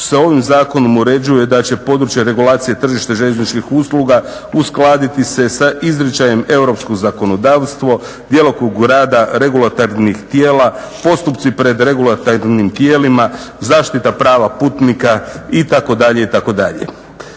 se ovim zakonom uređuje da će područje regulacije tržišta željezničkih usluga uskladiti se sa izričajem europskog zakonodavstvo, djelokrugu rada regulatornih tijela, postupci pred regulatornim tijelima, zaštita prava putnika itd. itd.